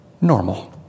normal